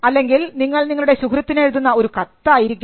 അല്ലെങ്കിൽ നിങ്ങൾ നിങ്ങളുടെ സുഹൃത്തിന് എഴുതുന്ന ഒരു കത്തായിരിക്കാം